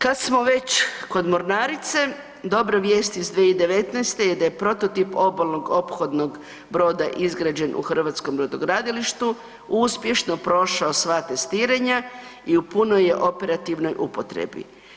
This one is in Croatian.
Kada smo već kod Mornarice, dobra vijest iz 2019. je da je prototip obolnog ophodnog broda izgrađen u hrvatskom brodogradilištu uspješno prošao sva testiranja i u punoj je operativnoj upotrebi.